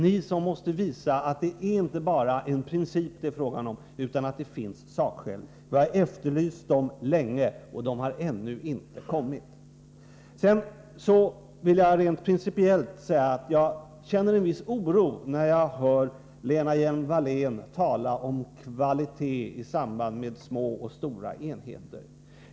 Ni måste visa att det inte bara är fråga om en princip, utan att det finns sakskäl. Dessa har vi efterlyst länge, men de har ännu inte presenterats. Jag känner en viss oro när jag hör Lena Hjelm-Wallén tala om kvalitet i samband med små och stora enheter.